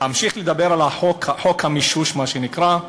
אמשיך לדבר על החוק, חוק המישוש, מה שנקרא.